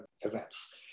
events